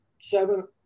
seven